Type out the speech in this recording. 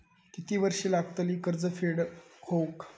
किती वर्षे लागतली कर्ज फेड होऊक?